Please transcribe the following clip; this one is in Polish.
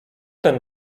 ten